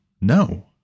No